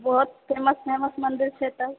ओ बहुत famous famous मन्दिर छै तऽ